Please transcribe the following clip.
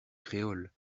créole